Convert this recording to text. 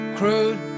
crude